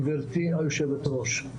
גברתי היושבת-ראש,